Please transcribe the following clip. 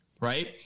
right